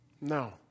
No